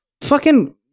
fucking-